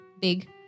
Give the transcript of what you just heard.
Big